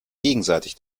gegenseitig